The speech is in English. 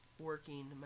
working